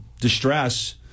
distress